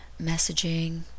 messaging